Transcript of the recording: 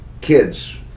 kids